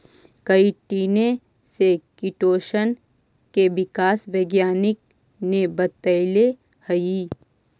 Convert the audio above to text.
काईटिने से किटोशन के विकास वैज्ञानिक ने बतैले हई